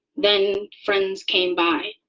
then friends came by.